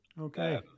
Okay